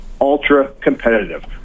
ultra-competitive